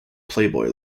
playboy